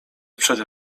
przede